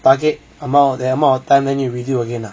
target amount the amount of times than you redo again ah